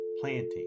planting